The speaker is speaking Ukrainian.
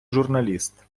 журналіст